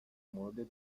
موردت